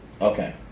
Okay